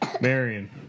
Marion